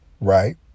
right